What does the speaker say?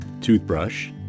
toothbrush